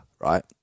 right